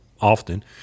often